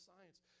science